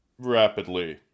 Rapidly